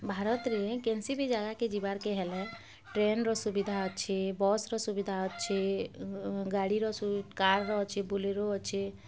ଭାରତରେ କେନ୍ସି ବି ଜାଗାକେ ଯିବାର୍ ହେଲେ ଟ୍ରେନ୍ର ସୁବିଧା ଅଛି ବସ୍ର ସୁବିଧା ଅଛି ଗାଡ଼ିର କାର୍ର ଅଛି ବୁଲେରୋ ଅଛି